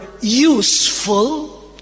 useful